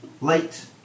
late